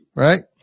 Right